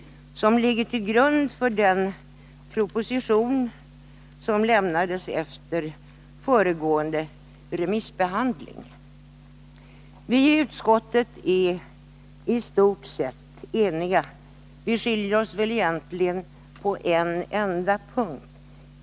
Dess arbete ligger till grund för den proposition som avlämnats efter föregående remissbehandling. Vi i utskottet är i stort sett eniga. Våra uppfattningar skiljer sig egentligen bara på en enda punkt.